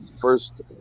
First